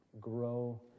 Grow